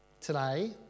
Today